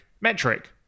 metric